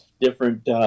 different